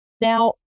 Now